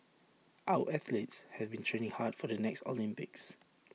our athletes have been training hard for the next Olympics